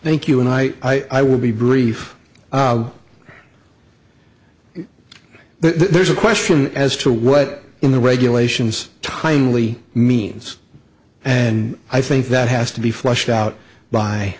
thank you and i i will be brief there's a question as to what in the regulations timely means and i think that has to be flushed out by